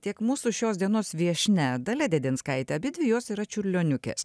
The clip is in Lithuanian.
tiek mūsų šios dienos viešnia dalia dedinskaitė abidvi jos yra čiurlioniukės